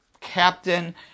captain